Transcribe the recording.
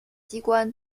机关